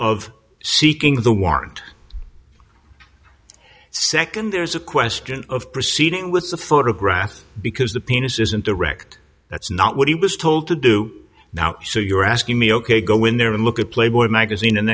of seeking the warrant second there's a question of proceeding with the photograph because the penises and direct that's not what he was told to do now so you're asking me ok go in there and look at playboy magazine and